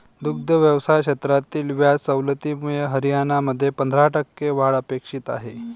दुग्ध व्यवसाय क्षेत्रातील व्याज सवलतीमुळे हरियाणामध्ये पंधरा टक्के वाढ अपेक्षित आहे